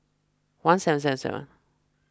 one seven seven seven